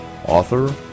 Author